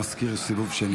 המזכיר, סיבוב שני.